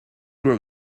grow